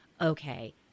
okay